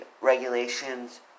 regulations